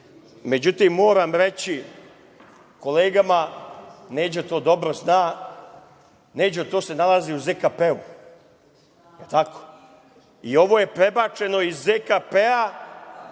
međutim, moram reći kolegama, Neđa to dobro zna, to se nalazi u ZKP i ovo je prebačeno iz ZKP